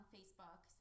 Facebook